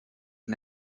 the